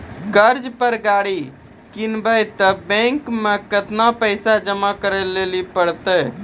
कर्जा पर गाड़ी किनबै तऽ बैंक मे केतना पैसा जमा करे लेली पड़त?